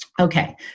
Okay